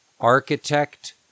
architect